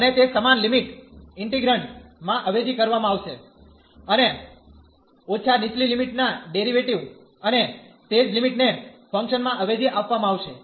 અને તે સમાન લિમિટ ઇન્ટિગ્રેન્ડ માં અવેજી કરવામાં આવશેઅને ઓછા નીચલી લિમિટ ના ડેરીવેટીવ અને તે જ લિમિટ ને ફંકશન માં અવેજી આપવામાં આવશે